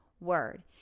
word